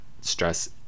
stress